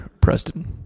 Preston